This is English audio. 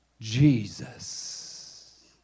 Jesus